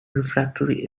refractory